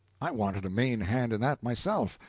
i wanted a main hand in that myself.